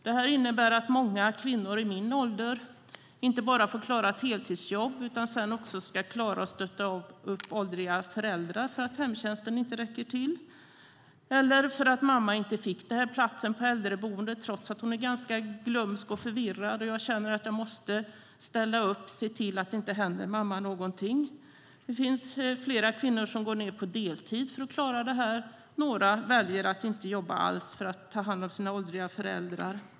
Det innebär att många kvinnor i min ålder inte bara får klara ett heltidsjobb utan sedan också ska klara att stötta åldriga föräldrar för att hemtjänsten inte räcker till eller för att mamma inte fick platsen på äldreboendet, trots att hon är glömsk och förvirrad - och dottern känner att hon måste ställa upp och se till att det inte händer mamma någonting. Många kvinnor går ned på deltid för att klara situationen. Några väljer att inte jobba alls för att ta hand om sina åldriga föräldrar.